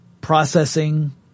processing